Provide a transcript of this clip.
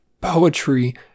Poetry